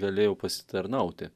galėjau pasitarnauti